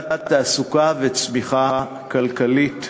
להגדלת תעסוקה וצמיחה כלכלית.